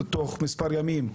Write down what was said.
תוך מספר ימים,